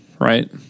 right